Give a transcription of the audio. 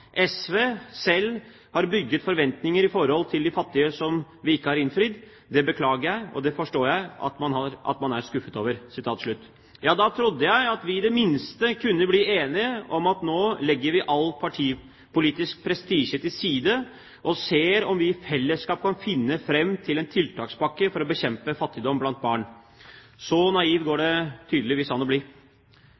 selv har bygget forventinger i forhold til de fattige som vi ikke har innfridd. Det beklager jeg og det forstår jeg, at man er skuffet over.» Da trodde jeg at vi i det minste kunne bli enige om at nå legger vi all partipolitisk prestisje til side, og ser om vi i fellesskap kan finne frem til en tiltakspakke for å bekjempe fattigdom blant barn. Så naiv går det